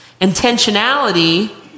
Intentionality